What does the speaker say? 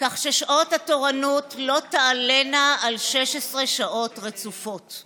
כך ששעות התורנות לא תעלינה על 16 שעות רצופות.